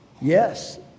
Yes